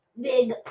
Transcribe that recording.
big